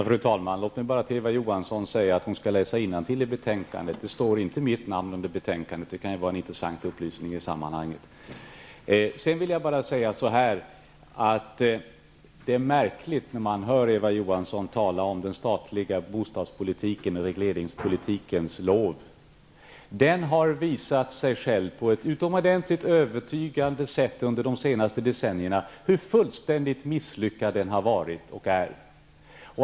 Fru talman! Låt mig bara säga till Eva Johansson att hon skall läsa innantill i betänkandet. Mitt namn står inte i betänkandet. Detta kan ju vara en intressant upplysning i sammanhanget. Det är märkligt att få höra Eva Johansson tala om den statliga bostads och regleringspolitikens förträfflighet. Denna politik har under de senaste decennierna på ett utomordentligt övertygande sätt visat hur fullständigt misslyckad den har varit och är.